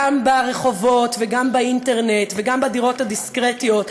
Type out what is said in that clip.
גם ברחובות, גם באינטרנט וגם בדירות הדיסקרטיות.